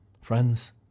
Friends